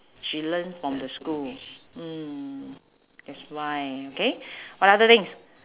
she learn from the school mm that's why okay what other things